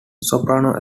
soprano